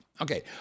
Okay